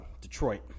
Detroit